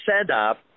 setup